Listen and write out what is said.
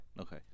Okay